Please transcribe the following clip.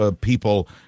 people